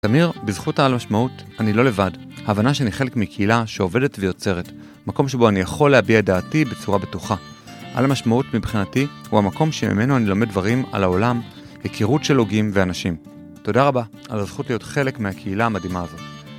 תמיר, בזכות העל־משמעות, אני לא לבד. ההבנה שאני חלק מקהילה שעובדת ויוצרת, מקום שבו אני יכול להביע את דעתי בצורה בטוחה. על־המשמעות מבחינתי הוא המקום שממנו אני לומד דברים על העולם, היכרות של הוגים ואנשים. תודה רבה על הזכות להיות חלק מהקהילה המדהימה הזאת.